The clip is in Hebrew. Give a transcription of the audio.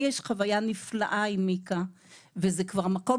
לי יש חוויה נפלאה עם מיקה וזה כבר מקום